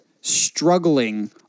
struggling